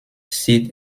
sieht